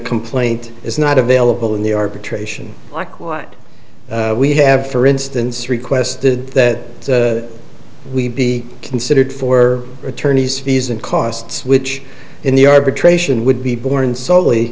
complaint is not available in the arbitration like what we have for instance requested that we be considered for attorneys fees and costs which in the arbitration would be borne solely